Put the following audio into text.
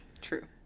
True